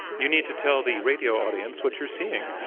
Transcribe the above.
you need to tell the radio audience what you're seeing.